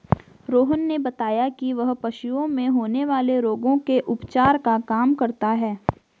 रोहन ने बताया कि वह पशुओं में होने वाले रोगों के उपचार का काम करता है